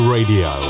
Radio